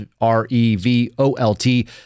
R-E-V-O-L-T